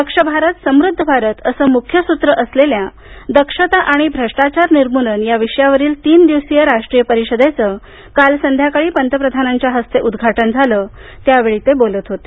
दक्ष भारत समुद्ध भारत असं मुख्य सूत्र असलेल्या दक्षता आणि भ्रष्टाचार निर्मूलन या विषयावरील तीन दिवसीय राष्ट्रीय परिषदेचं काल संध्याकाळी पंतप्रधानांच्या हस्ते उद्घाटन झालं त्यावेळी ते बोलत होते